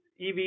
EV